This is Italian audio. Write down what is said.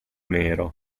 nero